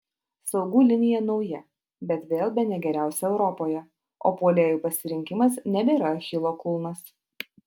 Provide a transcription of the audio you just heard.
saugų linija nauja bet vėl bene geriausia europoje o puolėjų pasirinkimas nebėra achilo kulnas